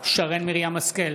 שרן מרים השכל,